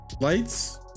Lights